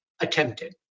attempted